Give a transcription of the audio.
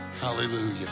Hallelujah